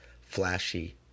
flashy